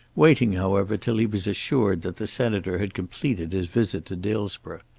waiting however till he was assured that the senator had completed his visit to dillsborough.